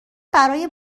برای